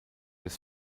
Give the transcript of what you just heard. des